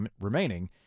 remaining